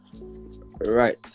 Right